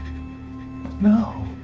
No